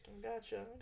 Gotcha